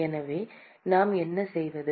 எனவே நாம் என்ன செய்வது